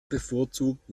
bevorzugt